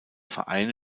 vereine